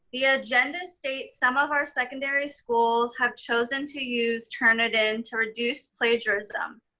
the ah agenda states some of our secondary schools have chosen to use turnitin to reduce plagiarism.